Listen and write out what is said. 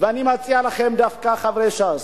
ואני מציע דווקא לכם, חברי ש"ס,